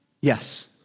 yes